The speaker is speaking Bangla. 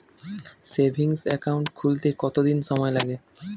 সেভিংস একাউন্ট খুলতে কতদিন সময় লাগে?